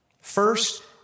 First